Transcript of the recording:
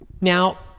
now